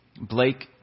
Blake